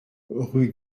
rue